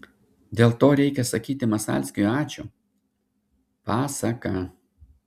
dėl to reikia sakyti masalskiui ačiū pasaka